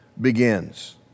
begins